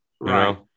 Right